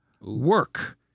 work